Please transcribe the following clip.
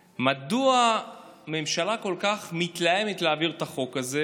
מדוע הממשלה כל כך מתלהבת להעביר את החוק הזה